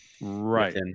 right